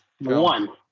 One